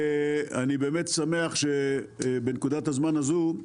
אני באמת שמח שבנקודת הזמן הזו,